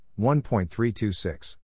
1.326